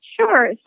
Sure